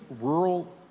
rural